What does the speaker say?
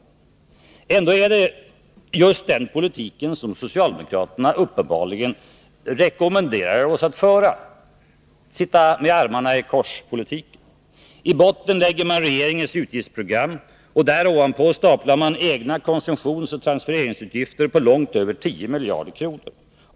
Uppenbarligen är det ändå den politiken som socialdemokraterna rekommenderar oss att föra — sitta-med-armarna-i-kors-politiken. I botten lägger man regeringens utgiftsprogram, och ovanpå det staplar man egna konsumtionsoch transfereringsutgifter på långt över 10 miljarder kronor.